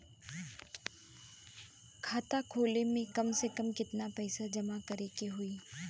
खाता खोले में कम से कम केतना पइसा जमा करे के होई?